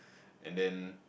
and then